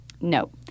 No